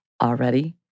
already